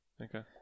Okay